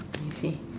I see